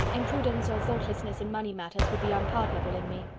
imprudence or thoughtlessness in money matters would be unpardonable in me.